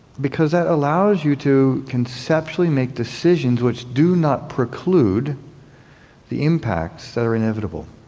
because that allows you to conceptually make decisions which do not preclude the impacts that are inevitable.